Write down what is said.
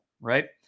right